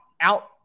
out